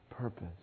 purpose